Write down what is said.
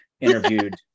interviewed